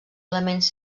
elements